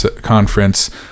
conference